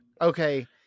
Okay